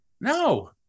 no